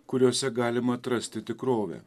kuriose galima atrasti tikrovę